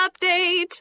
update